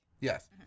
Yes